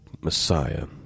Messiah